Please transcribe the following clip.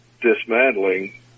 dismantling